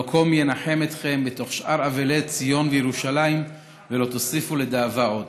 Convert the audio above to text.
המקום ינחם אתכם בתוך שאר אבלי ציון וירושלים ולא תוסיפו לדאבה עוד.